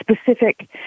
specific